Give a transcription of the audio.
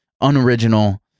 unoriginal